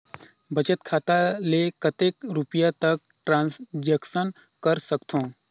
बचत खाता ले कतेक रुपिया तक ट्रांजेक्शन कर सकथव?